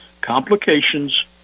complications